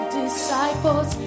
disciples